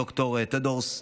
ד"ר טדורס,